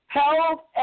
health